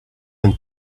and